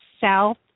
south